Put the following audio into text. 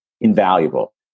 invaluable